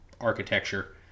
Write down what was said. architecture